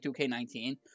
2K19